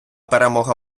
перемога